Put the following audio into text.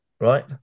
right